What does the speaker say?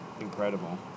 incredible